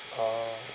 orh